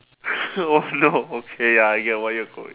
oh no okay ya I get where you're going